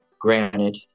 Granted